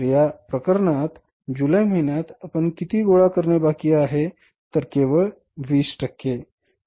तर या प्रकरणात उदाहरणार्थ जुलै महिन्यात आपण किती गोळा करणे बाकी आहे तर केवळ 20 टक्के